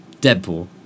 Deadpool